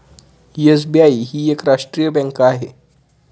SBI ही एक राष्ट्रीय बँक आहे